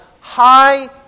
high